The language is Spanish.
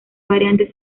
variantes